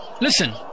Listen